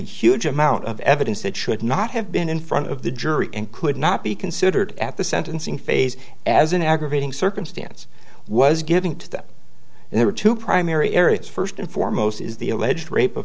huge amount of evidence that should not have been in front of the jury and could not be considered at the sentencing phase as an aggravating circumstance was giving to them and there are two primary areas first and foremost is the alleged rape of